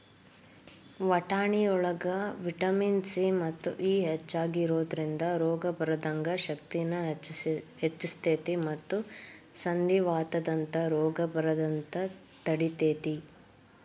ವಟಾಣಿಯೊಳಗ vitamin C ಮತ್ತು E ಹೆಚ್ಚಾಗಿ ಇರೋದ್ರಿಂದ ರೋಗ ಬರದಂಗ ಶಕ್ತಿನ ಹೆಚ್ಚಸ್ತೇತಿ ಮತ್ತ ಸಂಧಿವಾತದಂತ ರೋಗ ಬರದಂಗ ತಡಿತೇತಿ